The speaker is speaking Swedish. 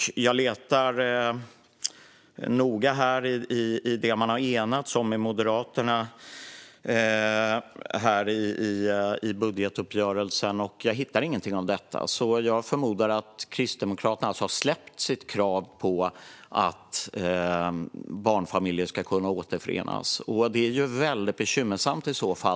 Jag letar noga i det man har enats om med Moderaterna i budgetuppgörelsen, och jag hittar ingenting av detta. Jag förmodar att Kristdemokraterna har släppt sitt krav på att barnfamiljer ska kunna återförenas. Det är i så fall väldigt bekymmersamt.